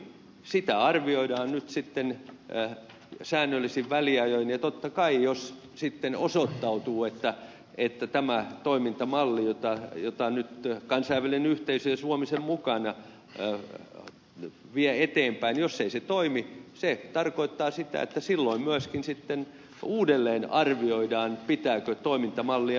sitä arvioidaan nyt sitten säännöllisin väliajoin ja totta kai jos sitten osoittautuu että tämä toimintamalli jota nyt kansainvälinen yhteisö ja suomi sen mukana vie eteenpäin ei toimi se tarkoittaa sitä että silloin myöskin sitten uudelleen arvioidaan pitääkö toimintamallia muuttaa